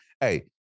Hey